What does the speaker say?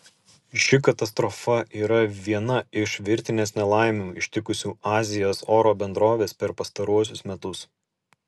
ši katastrofa yra viena iš virtinės nelaimių ištikusių azijos oro bendroves per pastaruosius metus